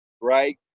right